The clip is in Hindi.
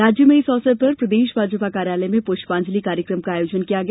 राज्य में इस अवसर पर प्रदेश भाजपा कार्यालय में पुष्पांजलि कार्यक्रम का आयोजन किया गया